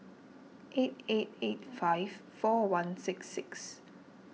eight eight eight five four one six six